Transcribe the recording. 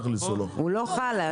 הוא לא חל.